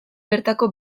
bertako